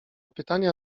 pytania